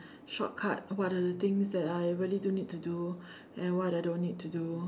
shortcut what are the things that I really do need to do and what I don't need to do